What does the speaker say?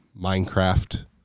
Minecraft